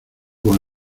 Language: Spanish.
con